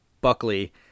Buckley